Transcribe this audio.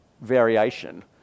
variation